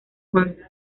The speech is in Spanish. juan